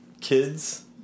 kids